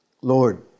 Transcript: Lord